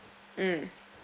mmhmm